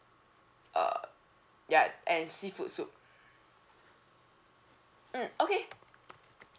uh ya and seafood soup mm okay